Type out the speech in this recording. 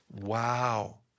Wow